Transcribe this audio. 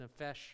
nefesh